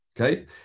Okay